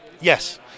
Yes